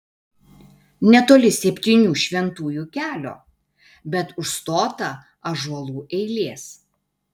netoli septynių šventųjų kelio bet užstotą ąžuolų eilės